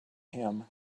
him